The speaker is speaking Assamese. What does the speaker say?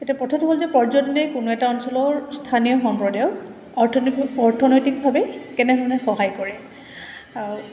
এতিয়া কথাটো হ'ল যে পৰ্যটনে কোনো এটা অঞ্চলৰ স্থানীয় সম্প্ৰদায়ক অৰ্থনৈতিক অৰ্থনৈতিকভাৱে কেনেধৰণে সহায় কৰে আৰু